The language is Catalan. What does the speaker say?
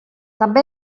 també